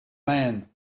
man